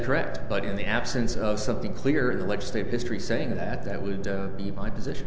correct but in the absence of something clear in the legislative history saying that that would be my position